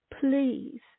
please